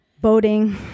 Boating